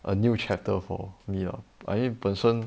a new chapter for me lah I mean 本身